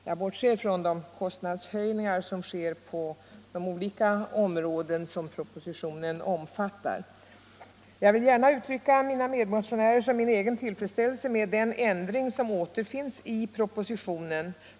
Jag bortser från de kostnadshöjningar som sker på de olika områden som propositionen omfattar. Jag vill gärna uttrycka mina medmotionärers och min egen tillfredsställelse med den ändring som återfinns i propositionen.